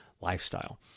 lifestyle